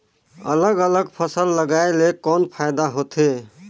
अलग अलग फसल लगाय ले कौन फायदा होथे?